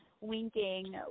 winking